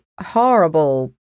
horrible